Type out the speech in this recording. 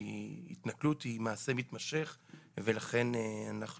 כי התנכלות היא מעשה מתמשך ולכן אנחנו